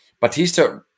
Batista